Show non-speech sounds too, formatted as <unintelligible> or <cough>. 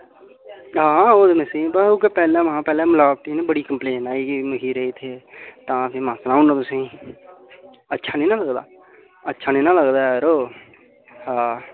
हां <unintelligible> पैह्लें महा पैह्लें मिलावट ही ना बड़ी काम्प्लैन आई ही मखीरै दी इत्थै तां महां सनाई ओड़ना तुसेंगी अच्छा नेईं ना लगदा अच्छा नेईं ना लगदा एह् यरो आ आ